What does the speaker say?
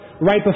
right